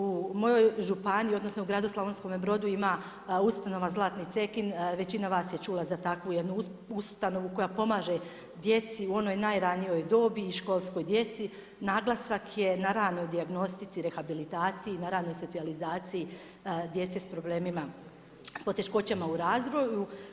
U mojoj županiji, odnosno u gradu Slavonskome Brodu ima ustanova Zlatni cekin, većina vas je čula za takvu jednu ustanovu koja pomaže djecu u onoj najranijoj dobi i školskoj djeci, naglasak je na ranoj dijagnostici, rehabilitaciji, na ranoj socijalizaciji djece s poteškoćama u razvoju.